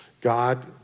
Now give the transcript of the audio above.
God